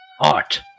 Art